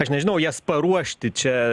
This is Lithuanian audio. aš nežinau jas paruošti čia